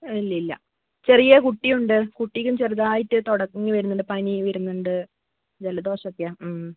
ഇല്ലില്ല ചെറിയ കുട്ടിയുണ്ട് കുട്ടിക്കും ചെറുതായിട്ട് തുടങ്ങി വരുന്നുണ്ട് പനി വരുന്നുണ്ട് ജലദോഷമൊക്കെയാണ് മ്